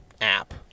app